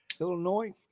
Illinois